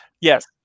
Yes